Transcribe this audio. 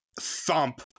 thump